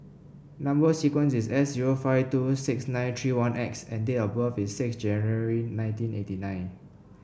number sequence is S zero five two six nine three one X and date of birth is six January nineteen eighty nine